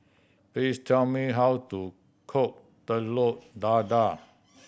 please tell me how to cook Telur Dadah